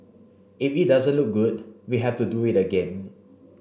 if it doesn't look good we have to do it again